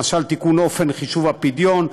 למשל, תיקון אופן חישוב הפדיון,